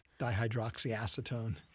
Dihydroxyacetone